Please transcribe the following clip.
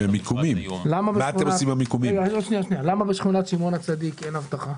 למה בשכונת שמעון הצדיק אין אבטחה?